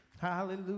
Hallelujah